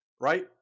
right